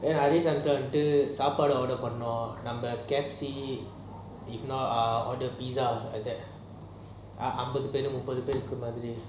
நான்:naan recent eh வந்து சாப்பாடு:vantu sapadu order போனோம் நம்ம:panom namma K_F_C ah order pizza at there இது அம்பது பேருக்கு முப்பது பேருக்கு மாறி:ithu ambathu peruku mupathu peruku maari